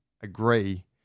agree